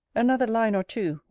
another line or two,